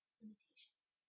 limitations